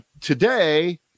Today